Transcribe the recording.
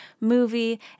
movie